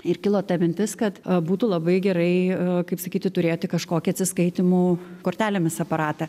ir kilo ta mintis kad būtų labai gerai kaip sakyti turėti kažkokią atsiskaitymo kortelėmis aparatą